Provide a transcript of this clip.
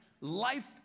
life